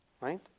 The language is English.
Right